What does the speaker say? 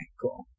Cool